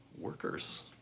workers